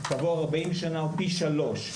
כעבור 40 שנה הוא פי שלושה,